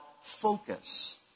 focus